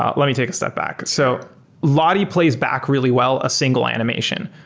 ah let me take a step back. so lottie plays back really well a single animation.